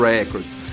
Records